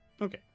Okay